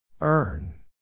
Earn